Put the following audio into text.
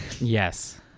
Yes